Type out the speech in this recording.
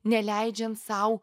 neleidžiant sau